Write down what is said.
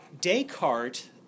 Descartes